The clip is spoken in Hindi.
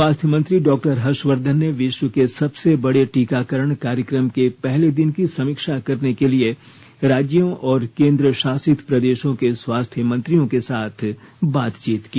स्वास्थ्यमंत्री डॉक्टर हर्षवर्धन ने विश्व के सबसे बड़े टीकाकरण कार्यक्रम के पहले दिन की समीक्षा करने के लिए राज्यों और केंद्र शासित प्रदेशों के स्वास्थ्य मंत्रियों के साथ बातचीत की